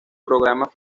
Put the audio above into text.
programas